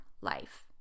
life